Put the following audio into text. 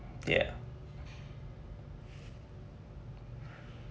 ya